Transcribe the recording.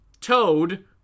Toad